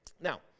Now